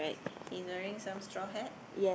in a ring some straw hat